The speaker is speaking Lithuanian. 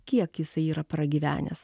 kiek jisai yra pragyvenęs